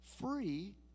free